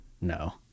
no